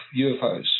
UFOs